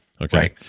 okay